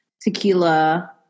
Tequila